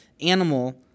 animal